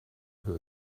who